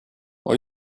what